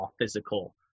physical